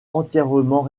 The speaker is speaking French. entièrement